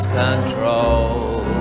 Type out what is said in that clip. control